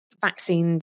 vaccine